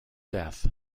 death